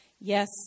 Yes